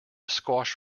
squash